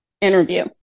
interview